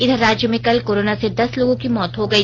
इधर राज्य में कल कोरोना से दस लोगों की मौत हो गई